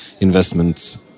investments